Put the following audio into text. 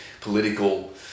political